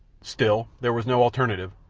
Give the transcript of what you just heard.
still there was no alternative,